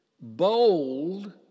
bold